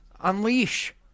unleash